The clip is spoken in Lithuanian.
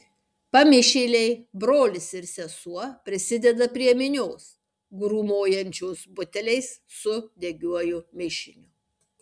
pamišėliai brolis ir sesuo prisideda prie minios grūmojančios buteliais su degiuoju mišiniu